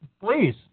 Please